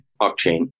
blockchain